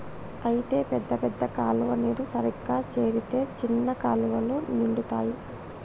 అయితే పెద్ద పెద్ద కాలువ నీరు సరిగా చేరితే చిన్న కాలువలు నిండుతాయి